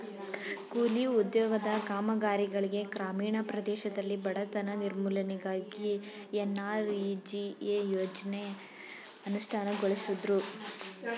ಕೂಲಿ ಉದ್ಯೋಗದ ಕಾಮಗಾರಿಗಳಿಗೆ ಗ್ರಾಮೀಣ ಪ್ರದೇಶದಲ್ಲಿ ಬಡತನ ನಿರ್ಮೂಲನೆಗಾಗಿ ಎನ್.ಆರ್.ಇ.ಜಿ.ಎ ಯೋಜ್ನ ಅನುಷ್ಠಾನಗೊಳಿಸುದ್ರು